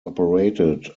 operated